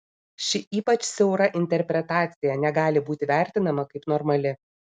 ši ypač siaura interpretacija negali būti vertinama kaip normali